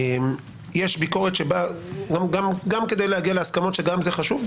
יש ביקורת שבאה גם כדי להגיע להסכמות שגם זה חשוב,